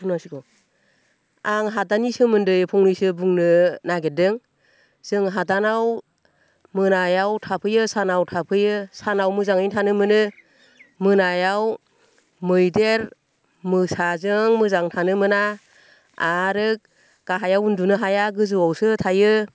बुंनांसिगौ आं हादाननि सोमोन्दै फंनैसो बुंनो नागिरदों जों हादानाव मोनायाव थाफैयो सानाव थाफैयो सानाव मोजाङैनो थानो मोनो मोनायाव मैदेर मोसाजों मोजां थानो मोना आरो गाहायाव उन्दुनो हाया गोजौआवसो थायो